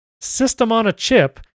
system-on-a-chip